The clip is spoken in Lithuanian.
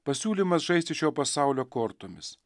pasiūlymas žaisti šio pasaulio kortomis